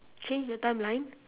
change the timeline